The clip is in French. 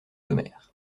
homer